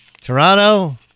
Toronto